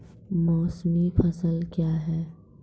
मौसमी फसल क्या हैं?